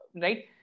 right